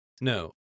no